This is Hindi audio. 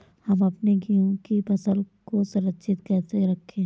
हम अपने गेहूँ की फसल को सुरक्षित कैसे रखें?